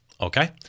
Okay